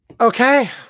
Okay